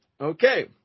Okay